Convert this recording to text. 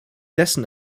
dessen